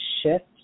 shift